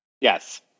Yes